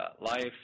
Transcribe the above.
.life